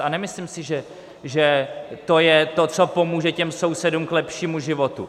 A nemyslím si, že to je to, co pomůže těm sousedům k lepšímu životu.